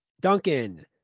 Duncan